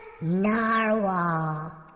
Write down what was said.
Narwhal